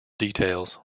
details